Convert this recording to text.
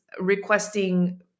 requesting